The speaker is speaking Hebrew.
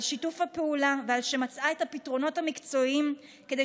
על שיתוף הפעולה ועל שמצאה את הפתרונות המקצועיים כדי